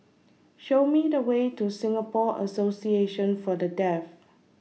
Show Me The Way to Singapore Association For The Deaf